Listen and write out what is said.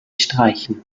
streichen